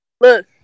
look